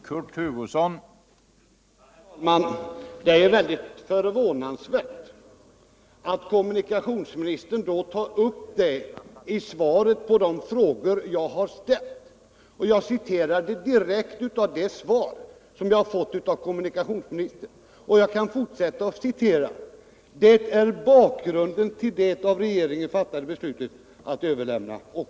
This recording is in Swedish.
Herr talman! Det är ju förvånansvärt att kommunikationsministern då tar upp det i svaret på de frågor som jag har ställt. Jag citerade direkt från det svar som jag har fått av kommunikationsministern, och jag kan fortsätta att citera: ”Detta är bakgrunden till det av regeringen fattade beslutet att överlämna” etc.